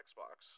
Xbox